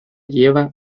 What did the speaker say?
lleva